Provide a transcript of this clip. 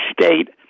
state